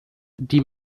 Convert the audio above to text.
die